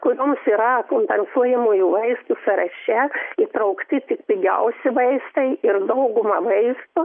kurioms yra kompensuojamųjų vaistų sąraše įtraukti tik pigiausi vaistai ir dauguma vaistų